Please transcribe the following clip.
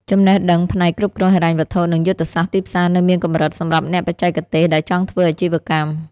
ចំណេះដឹងផ្នែកគ្រប់គ្រងហិរញ្ញវត្ថុ និងយុទ្ធសាស្ត្រទីផ្សារនៅមានកម្រិតសម្រាប់អ្នកបច្ចេកទេសដែលចង់ធ្វើអាជីវកម្ម។